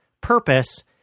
purpose